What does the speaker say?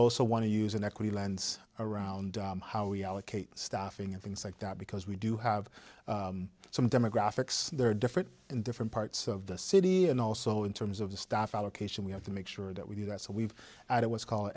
also want to use an equity lens around how we allocate staffing and things like that because we do have some demographics there are different in different parts of the city and also in terms of the staff allocation we have to make sure that we do that so we've had it was called